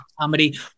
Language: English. comedy